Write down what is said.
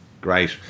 Great